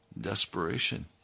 desperation